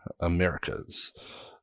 Americas